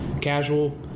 casual